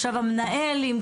עכשיו המנהל יצטרך להמתין,